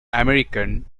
american